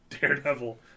Daredevil